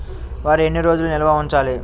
వరి ఎన్ని రోజులు నిల్వ ఉంచాలి?